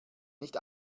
nicht